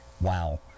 Wow